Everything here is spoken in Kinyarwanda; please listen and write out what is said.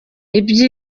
ibyo